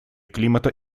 климата